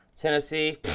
Tennessee